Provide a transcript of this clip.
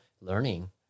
learning